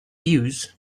use